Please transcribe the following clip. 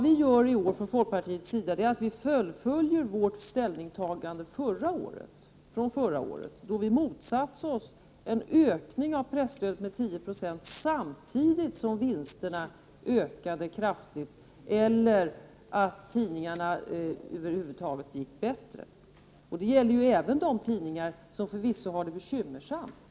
Vi från folkpartiet fullföljer vårt ställningstagande från förra året, då vi motsatte oss en ökning av presstödet med 10 92 samtidigt som vinsterna ökade kraftigt och det över huvud taget gick bättre för tidningarna. Detta gäller även de tidningar som förvisso har det bekymmersamt.